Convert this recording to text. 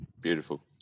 Beautiful